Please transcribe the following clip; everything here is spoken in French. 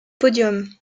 podium